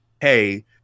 hey